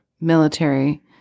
military